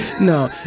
no